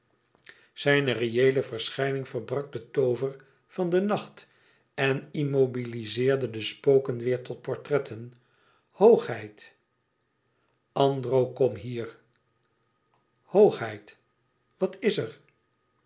zijn reëele verschijning verbrak den toover van den nacht en immobilizeerde de spoken weêr tot portretten hoogheid andro kom hier hoogheid wat is er